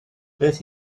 beth